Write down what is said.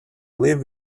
live